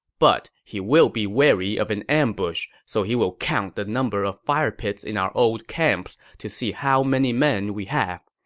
but he will be wary of an ambush, so he will count the number of fire pits in our old camps to see how many men we have.